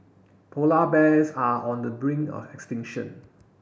polar bears are on the brink of extinction